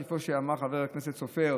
כמו שאמר חבר הכנסת סופר.